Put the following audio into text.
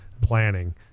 planning